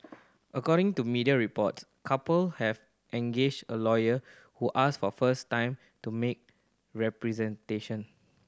according to media reports couple has engaged a lawyer who asked for time to make representation